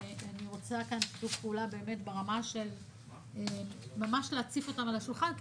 ואני רוצה כאן שיתוף פעולה ברמה של ממש להציף אותם על השולחן,